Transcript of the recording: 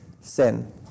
sin